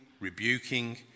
rebuking